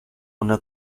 una